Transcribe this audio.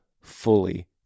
fully